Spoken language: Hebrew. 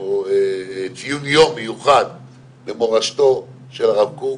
או ציון יום מיוחד למורשתו של הרב קוק,